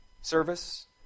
service